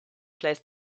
plays